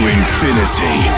infinity